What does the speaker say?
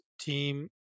team